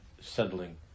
settling